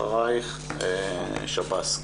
אחרייך רביד צברי משב"ס.